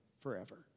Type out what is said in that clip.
forever